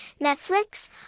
Netflix